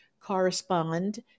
correspond